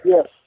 Yes